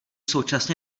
současně